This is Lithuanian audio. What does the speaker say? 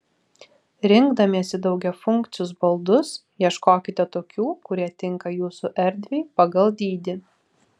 rinkdamiesi daugiafunkcius baldus ieškokite tokių kurie tinka jūsų erdvei pagal dydį